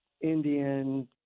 Indian